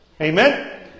Amen